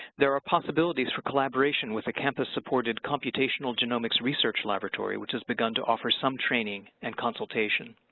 there are possibilities for collaboration with a campus supported computational genomics research laboratory which has begun to offer some training and consultation.